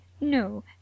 no